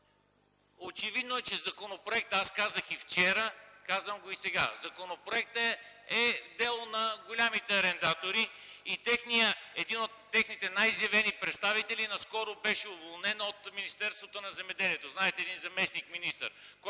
възстанови тази стойност. Казах и вчера, казвам го и сега: законопроектът е дело на големите арендатори и един от техните най-изявени представители наскоро беше уволнен от Министерството на земеделието – знаете, един заместник-министър,